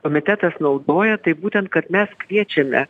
komitetas naudoja tai būtent kad mes kviečiame